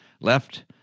left